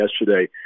yesterday